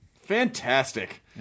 Fantastic